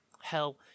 Hell